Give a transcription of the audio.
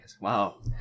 Wow